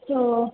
ओ